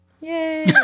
yay